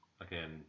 again